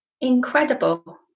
incredible